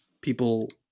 people